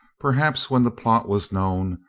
perhaps when the plot was known,